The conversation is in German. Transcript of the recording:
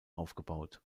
aufgebaut